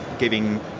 giving